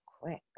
quick